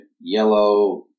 yellow